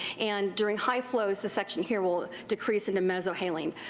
and during high flows the section here will decrease into mesohaline.